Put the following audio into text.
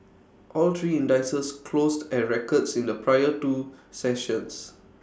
all three indices closed at records in the prior two sessions